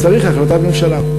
צריך החלטת ממשלה.